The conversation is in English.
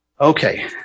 Okay